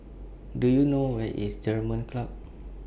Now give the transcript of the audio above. Do YOU know Where IS German Club